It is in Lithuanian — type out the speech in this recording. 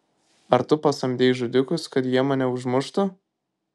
ar tu pasamdei žudikus kad jie mane užmuštų